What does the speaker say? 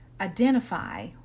identify